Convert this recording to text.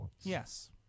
Yes